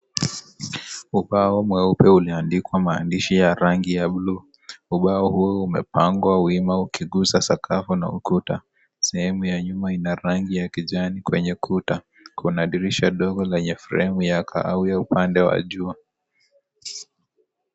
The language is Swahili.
Ubao mweupe umeandikwa maandishi ya rangi ya buluu. Ubao huo umepangwa wima ukigusa sakafu na ukuta. Sehemu ya nyuma ina rangi ya kijani kwenye kuta. Kuna dirisha dogo lenye fremu ya kahawia upande wa juu.